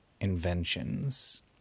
inventions